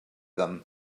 them